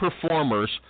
performers